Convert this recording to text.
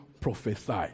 prophesy